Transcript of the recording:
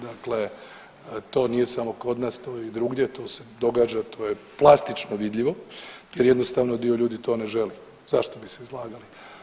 Dakle, to nije samo kod nas to je i drugdje, to se događa, to je plastično vidljivo jer jednostavno dio ljudi to ne želi, zašto bi se izlagali.